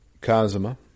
Kazuma